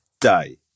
day